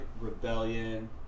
rebellion